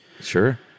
Sure